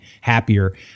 happier